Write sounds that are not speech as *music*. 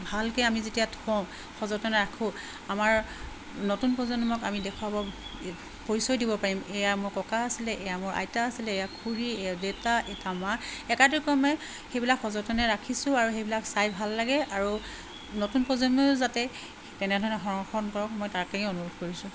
ভালকৈ আমি যেতিয়া থওঁ সযতনে ৰাখোঁ আমাৰ নতুন প্ৰজন্মক আমি দেখুৱাব পৰিচয় দিব পাৰিম এয়া মোৰ ককা আছিলে এয়া মোৰ আইতা আছিলে এয়া খুুৰী এয়া দেউতা *unintelligible* মই সেইবিলাক সযতনে ৰাখিছোঁ আৰু সেইবিলাক চাই ভাল লাগে আৰু নতুন প্ৰজন্মই যাতে তেনেধৰণে সংৰক্ষণ কৰক মই তাকেই অনুৰোধ কৰিছোঁ